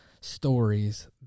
stories